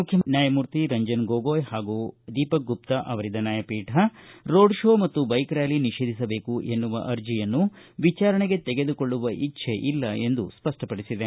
ಮುಖ್ಯ ನ್ಯಾಯಮೂರ್ತಿ ರಂಜನ್ ಗೊಗೊಯ್ ಹಾಗೂ ನ್ಯಾಯಮೂರ್ತಿ ದೀಪಕ್ ಗುಪ್ತ ಅವರಿದ್ದ ನ್ಯಾಯಪೀಠ ರೋಡ್ ಶೋ ಮತ್ತು ಬೈಕ್ ರ್ಕಾಲಿ ನಿಷೇಧಿಸಬೇಕು ಎನ್ನುವ ಅರ್ಜಿಯನ್ನು ವಿಚಾರಣೆಗೆ ತೆಗೆದುಕೊಳ್ಳುವ ಇಚ್ಚೆ ಇಲ್ಲ ಎಂದು ಸ್ಪಷ್ಟಪಡಿಸಿದೆ